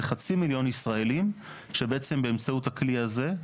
זה חצי מיליון ישראלים שבעצם באמצעות הכלי הזה,